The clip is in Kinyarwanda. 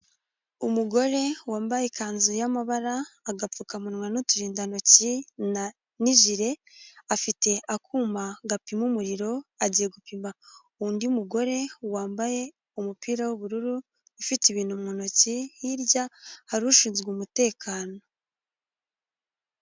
Umugore wambaye ikanzu y'amabara, agapfukamunwa n'uturindantoki na n'ijire, afite akuma gapima umuriro agiye gupima undi mugore wambaye umupira w'ubururu, ufite ibintu mu ntoki hirya hari ushinzwe umutekano.